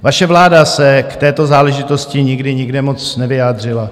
Vaše vláda se k této záležitosti nikdy nikde moc nevyjádřila.